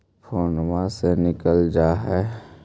फोनवो से निकल जा है?